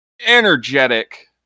energetic